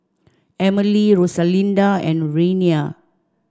Emilee Rosalinda and Renea